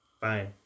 Fine